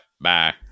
Bye